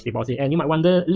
deposit and you might wonder,